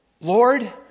Lord